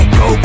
go